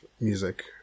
music